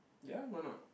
yah why not